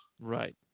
right